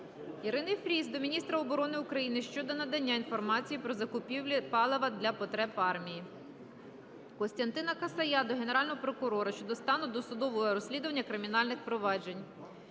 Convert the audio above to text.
Ірини Фріз до міністра оборони України щодо надання інформації по закупівлі палива для потреб армії. Костянтина Касая до Генерального прокурора щодо стану досудового розслідування кримінальних проваджень.